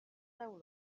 soul